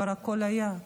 כבר הכול היה.